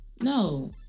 No